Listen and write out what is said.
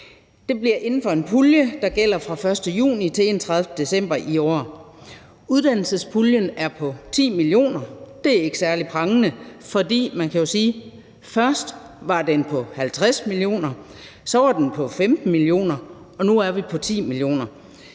Det bliver inden for en pulje, der gælder fra den 1. juni til den 31. december i år. Uddannelsespuljen er på 10 mio. kr. Det er ikke særlig prangende, for man kan jo sige, at først var den på 50 mio. kr., så var den på 15 mio. kr., og nu er den på 10 mio.